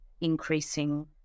increasing